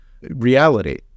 reality